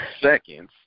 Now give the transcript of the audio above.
seconds